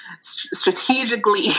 strategically